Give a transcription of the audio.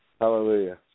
Hallelujah